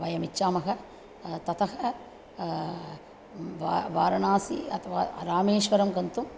वयम् इच्छामः ततः वा वाराणसिम् अथवा रामेश्वरं गन्तुम्